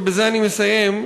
ובזה אני מסיים,